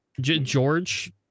George